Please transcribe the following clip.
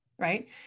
Right